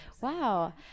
Wow